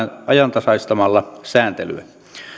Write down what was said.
ajantasaistamalla sääntelyä